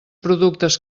productes